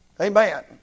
Amen